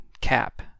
cap